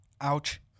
Ouch